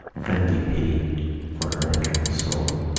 friendly pity for her entered his soul.